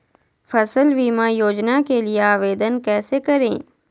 फसल बीमा योजना के लिए आवेदन कैसे करें?